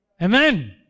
Amen